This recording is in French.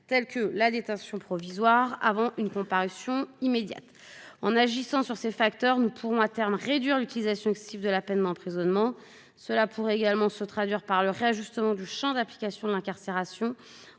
comme la détention provisoire avant une comparution immédiate. En agissant sur ces facteurs, nous pourrons à terme réduire le recours excessif à la peine d'emprisonnement. Cet effort pourrait également se traduire par le réajustement du champ d'application de l'incarcération